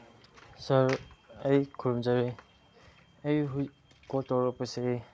ꯁꯥꯔ ꯑꯩ ꯈꯨꯔꯨꯝꯖꯔꯤ ꯑꯩ ꯀꯣꯜ ꯇꯧꯔꯛꯄꯁꯦ